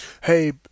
hey